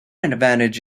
advantage